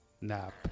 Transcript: nap